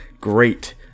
Great